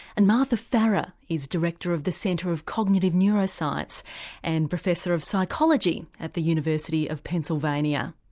and martha farah is director of the center of cognitive neuroscience and professor of psychology at the university of pennsylvania.